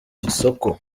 isoko